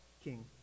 king